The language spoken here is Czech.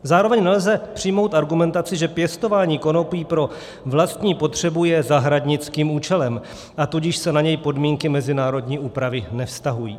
Zároveň nelze přijmout argumentaci, že pěstování konopí pro vlastní potřebu je zahradnickým účelem, a tudíž se na něj podmínky mezinárodní úpravy nevztahují.